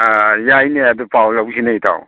ꯑꯥ ꯌꯥꯏꯅꯦ ꯑꯗꯨ ꯄꯥꯎ ꯂꯧꯁꯤꯅꯦ ꯏꯇꯥꯎ